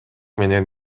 менен